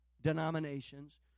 denominations